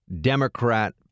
Democrat